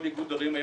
תודה רבה, אדוני.